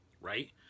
right